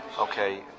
Okay